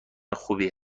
خوبی